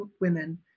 women